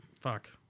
fuck